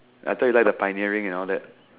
I thought you like the pioneering and all that